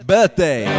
Birthday